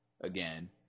again